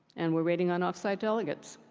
and we're waying on off site delegates.